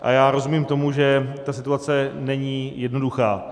A já rozumím tomu, že ta situace není jednoduchá.